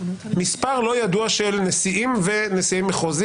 מספר לא ידוע של נשיאים ונשיאי מחוזי